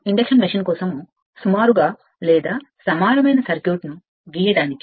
induction machine కోసం చాలా సార్లు మనం సుమారుగా లేదా సమానమైన సర్క్యూట్ను సరైనదిగా చేయడానికి ఎక్కువ సమయం ఖర్చు చేశాము